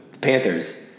Panthers